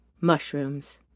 Mushrooms